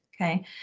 okay